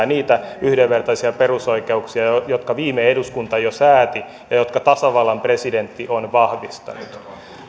niitä yhdenvertaisia perusoikeuksia jotka viime eduskunta jo sääti ja jotka tasavallan presidentti on vahvistanut